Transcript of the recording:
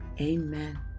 amen